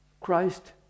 Christ